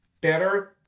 better